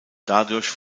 dadurch